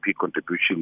contribution